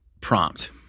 prompt